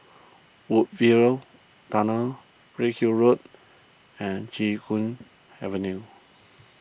Woodsville Tunnel Redhill Road and Chee Hoon Avenue